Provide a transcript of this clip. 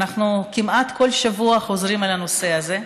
אנחנו כמעט בכל שבוע אנחנו חוזרים לנושא הזה.